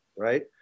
Right